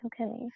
okay